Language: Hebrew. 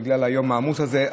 בגלל היום העמוס הזה.